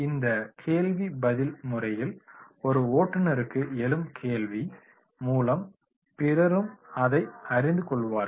இந்த கேள்வி பதில் முறையில் ஒரு ஓட்டுநருக்கு எழும் கேள்வி மூலம் பிறரும் அதை அறிந்து கொள்வார்கள்